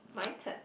my turn